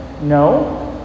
No